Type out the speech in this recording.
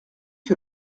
que